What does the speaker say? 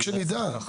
רק שנדע.